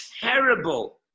terrible